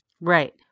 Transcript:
Right